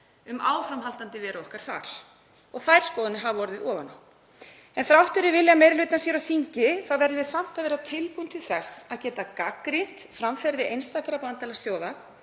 um áframhaldandi veru okkar þar og þær skoðanir hafa orðið ofan á. En þrátt fyrir vilja meiri hlutans hér á þingi verðum við samt að vera tilbúin til þess að geta gagnrýnt framferði einstakra bandalagsþjóða